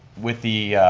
with the